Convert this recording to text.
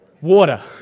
water